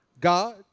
God